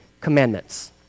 commandments